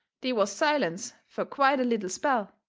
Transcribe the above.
they was silence fur quite a little spell.